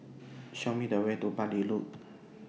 Show Me The Way to Bartley Road